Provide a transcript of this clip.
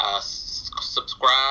Subscribe